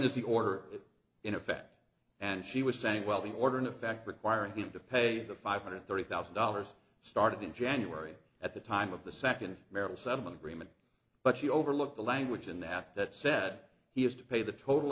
is the order in effect and she was saying well the order in effect requiring him to pay the five hundred thirty thousand dollars started in january at the time of the second marital settlement agreement but she overlooked the language in that that said he has to pay the total